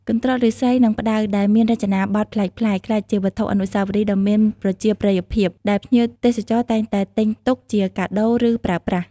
កន្ត្រកឫស្សី និងផ្តៅដែលមានរចនាបថប្លែកៗ ក្លាយជាវត្ថុអនុស្សាវរីយ៍ដ៏មានប្រជាប្រិយភាព ដែលភ្ញៀវទេសចរតែងតែទិញទុកជាកាដូ ឬប្រើប្រាស់។